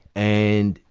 and,